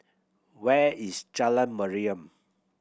where is Jalan Mariam